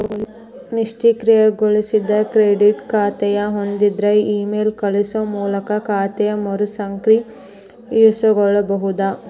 ನಿಷ್ಕ್ರಿಯಗೊಳಿಸಿದ ಕ್ರೆಡಿಟ್ ಖಾತೆನ ಹೊಂದಿದ್ರ ಇಮೇಲ್ ಕಳಸೋ ಮೂಲಕ ಖಾತೆನ ಮರುಸಕ್ರಿಯಗೊಳಿಸಬೋದ